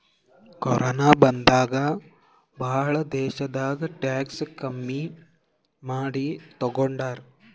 corona ಬಂದಾಗ್ ಭಾಳ ದೇಶ್ನಾಗ್ ಟ್ಯಾಕ್ಸ್ ಕಮ್ಮಿ ಮಾಡಿ ತಗೊಂಡಾರ್